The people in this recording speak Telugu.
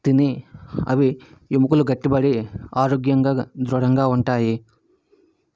తిని అవి ఎముకలు గట్టి పడి ఆరోగ్యంగా ధృఢంగా ఉంటాయి